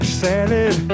salad